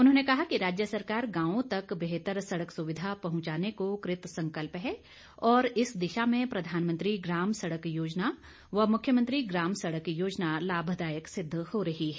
उन्होंने कहा कि राज्य सरकार गांवों तक बेहतर सड़क सुविधा पहुंचाने को कृतसंकल्प है और इस दिशा में प्रधानमंत्री ग्राम सड़क योजना व मुख्यमंत्री ग्राम सड़क योजना लाभदायक सिद्ध हो रही है